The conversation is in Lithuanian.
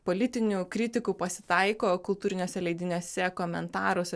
politinių kritikų pasitaiko kultūriniuose leidiniuose komentaruose